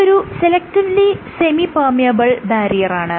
ഇതൊരു selectively semi permeable ബാരിയറാണ്